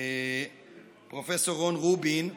פרופ' רון רובין,